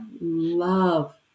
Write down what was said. love